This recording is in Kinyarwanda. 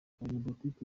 abanyapolitiki